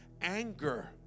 Anger